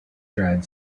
dried